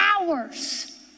hours